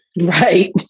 Right